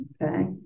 Okay